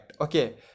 okay